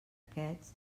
aquests